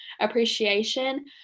appreciation